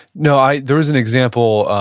no, i there is an example,